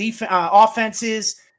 offenses